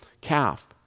calf